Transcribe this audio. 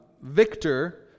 victor